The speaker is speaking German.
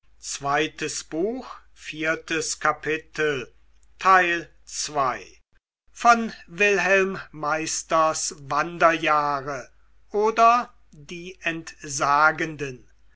goethe wilhelm meisters wanderjahre oder die entsagenden